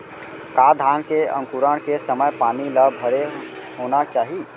का धान के अंकुरण के समय पानी ल भरे होना चाही?